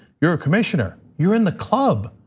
you're a commissioner, you're in the club,